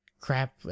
Crap